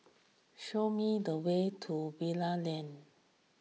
show me the way to Bali Lane